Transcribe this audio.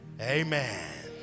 Amen